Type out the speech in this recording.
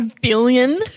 billion